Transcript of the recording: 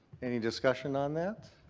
any discussion on that?